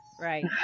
right